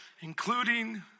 including